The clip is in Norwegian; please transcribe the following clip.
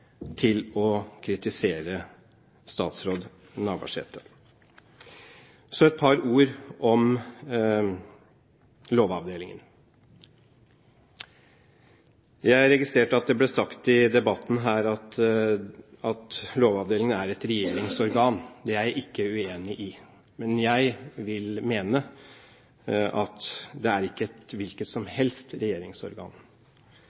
til å kritisere statsråd Navarsete. Så et par ord om Lovavdelingen. Jeg registrerte at det ble sagt i debatten her at Lovavdelingen er et regjeringsorgan. Det er jeg ikke uenig i, men jeg vil mene at det ikke er et hvilket som